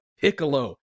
Piccolo